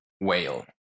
whale